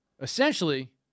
essentially